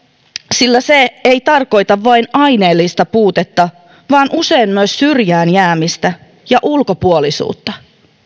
sillä se ei tarkoita vain aineellista puutetta vaan usein myös syrjään jäämistä ja ulkopuolisuutta